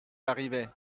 arrivait